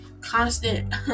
constant